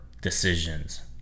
decisions